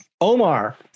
Omar